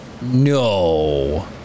no